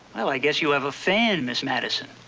i guess you have a fan, miss madison.